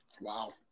Wow